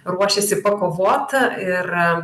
ruošiasi pakovot ir